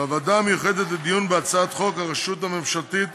בוועדה המיוחדת לדיון בהצעת חוק הרשות הממשלתית